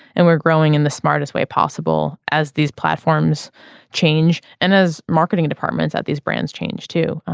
and we're growing in the smartest way possible as these platforms change and as marketing departments at these brands change too.